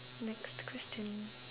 next question